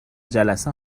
جلسه